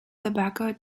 tobacco